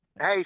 Hey